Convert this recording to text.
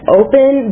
open